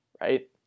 Right